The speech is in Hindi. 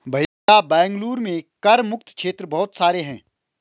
भैया बेंगलुरु में कर मुक्त क्षेत्र बहुत सारे हैं